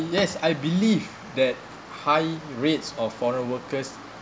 yes I believe that high rates of foreign workers